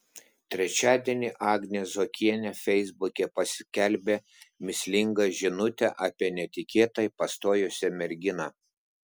trečiadienį agnė zuokienė feisbuke paskelbė mįslingą žinutę apie netikėtai pastojusią merginą